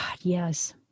yes